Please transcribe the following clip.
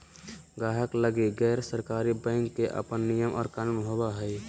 गाहक लगी गैर सरकारी बैंक के अपन नियम और कानून होवो हय